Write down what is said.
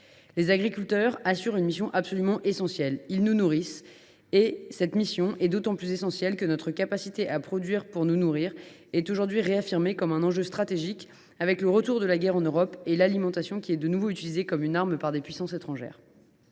Les agriculteurs assurent une mission absolument essentielle : ils nous nourrissent ! Cette mission est d’autant plus essentielle que notre capacité à produire pour nous nourrir redevient aujourd’hui un enjeu stratégique avec le retour de la guerre en Europe, l’alimentation étant de nouveau utilisée comme une arme par des puissances étrangères.